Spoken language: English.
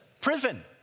Prison